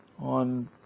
on